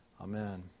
Amen